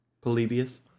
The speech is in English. Polybius